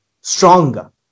stronger